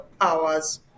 powers